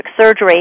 surgery